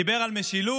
דיבר על משילות,